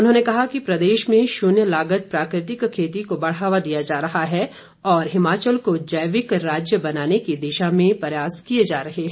उन्होंने कहा कि प्रदेश में शून्य लागत प्राकृतिक खेती को बढ़ावा दिया जा रहा है और हिमाचल को जैविक राज्य बनाने की दिशा में प्रयास किए जा रहे हैं